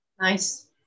nice